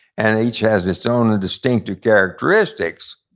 and each has its own distinctive characteristics